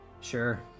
Sure